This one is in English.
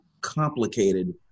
complicated